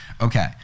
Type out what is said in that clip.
okay